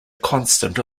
constant